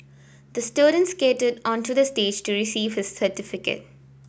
the student skated onto the stage to receive his certificate